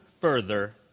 further